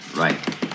right